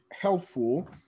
helpful